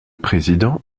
président